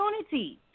Opportunities